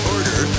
Order